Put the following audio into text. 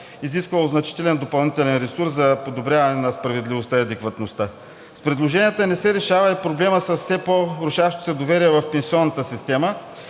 изисквало значителен допълнителен ресурс за подобряване на справедливостта и адекватността. С предложенията не се решава и проблемът с все по-рушащото се доверие в пенсионната система.